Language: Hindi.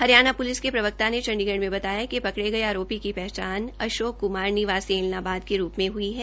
हरियाणा पुलिस के प्रवक्ता ने चण्डीगढ़ में बताया कि पकड़े गए आरोपी की पहचान अशोक कमार निवासी ऐलनाबाद के रूप में हई है